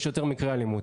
יש יותר מקרי אלימות.